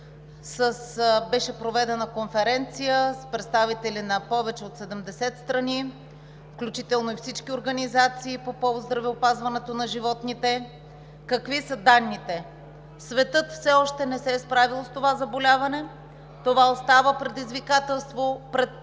беше проведена конференция с представители на повече от 70 страни, включително и всички организации по повод здравеопазването на животните. Какви са данните? Светът все още не се е справил с това заболяване. То остава предизвикателство и пред науката